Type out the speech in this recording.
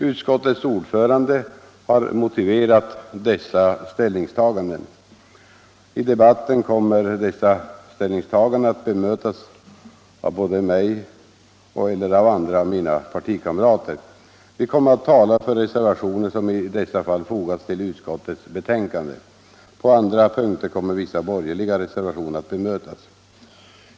Utskottets ordförande har motiverat dessa ställningstaganden. I debatten kommer dessa ställningstaganden att bemötas av både mig och en del andra av mina partikamrater. De kommer att tala för de reservationer som i dessa fall fogats till utskottets betänkande. På andra punkter kommer vissa borgerliga reservationer att bemötas.